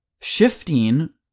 shifting